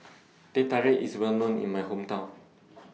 Teh Tarik IS Well known in My Hometown